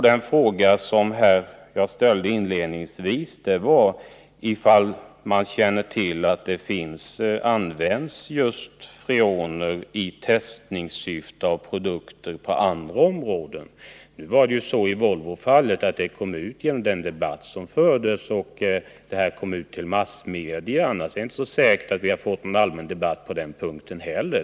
Den fråga jag inledningsvis ställde var om man känner till att freongas används just i syfte att testa produkter på andra områden. Upplysningen om det planerade utsläppet i Volvofallet spreds ju genom massmedias påpassliga information — annars är det inte så säkert att vi hade fått någon allmän debatt på den punkten heller.